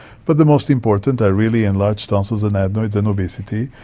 but the most important are really enlarged tonsils and adenoids, and obesity,